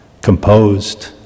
composed